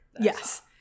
Yes